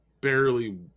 barely